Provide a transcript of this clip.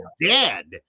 dead